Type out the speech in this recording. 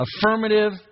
affirmative